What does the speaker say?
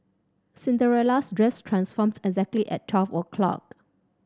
Cinderella's dress transformed exactly at twelve o' clock